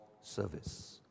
service